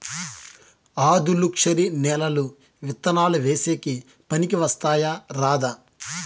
ఆధులుక్షరి నేలలు విత్తనాలు వేసేకి పనికి వస్తాయా రాదా?